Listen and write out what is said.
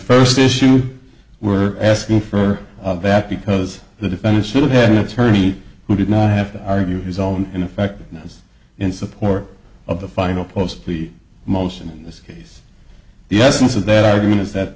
first issue we were asking for that because the defendant should have an attorney who did not have to argue his own ineffectiveness in support of the final post plea motion in this case the essence of that argument is